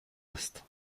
است